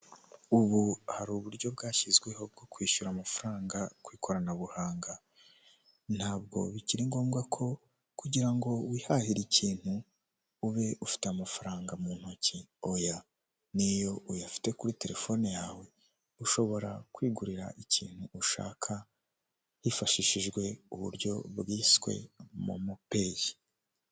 Ubu hari uburyo bwashyizweho bwo kwishyura amafaranga ku ikoranabuhanga, ntabwo bikiri ngombwa ko kugira ngo wihahire ikintu ube ufite amafaranga mu ntoki, oya niyo uyafite kuri telefone yawe ushobora kwigurira ikintu ushaka hifashishijwe uburyo bwiswe momopeyi.